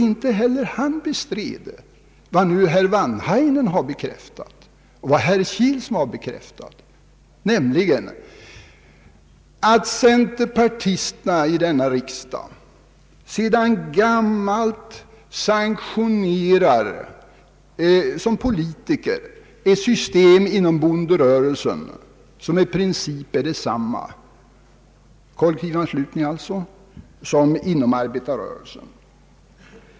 Inte heller han bestred vad herr Wanhainen och herr Kilsmo har bekräftat, nämligen att centerpartisterna i denna riksdag som politiker sedan gammalt sanktionerar ett system inom bonderörelsen som i princip är detsamma — alltså kollektivanslutning — som inom arbetarrörelsen.